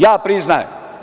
Ja priznajem.